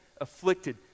afflicted